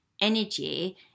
energy